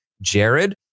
Jared